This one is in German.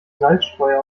salzstreuer